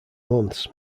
months